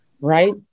right